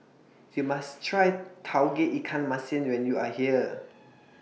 YOU must Try Tauge Ikan Masin when YOU Are here